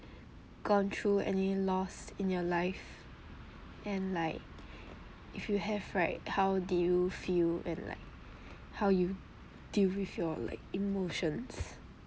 gone through any loss in your life and like if you have right how did you feel and like how you deal with your like emotions